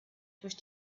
durch